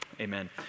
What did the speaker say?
amen